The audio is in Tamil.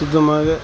சுத்தமாக